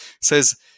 Says